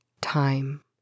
time